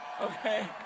Okay